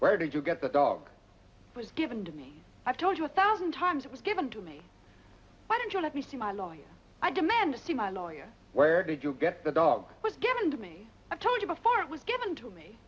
here did you get the dog was given to me i've told you a thousand times it was given to me why don't you let me see my lawyer i demand to see my lawyer where did you get the dog was given to me i told you before it was given to me